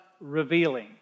revealing